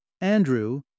Andrew